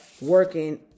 working